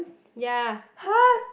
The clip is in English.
ya